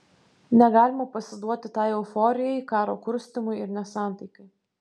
negalima pasiduoti tai euforijai karo kurstymui ir nesantaikai